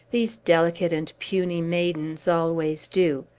these delicate and puny maidens always do.